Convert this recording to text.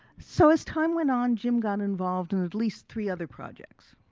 so as time went on jim got involved in at least three other projects.